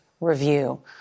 review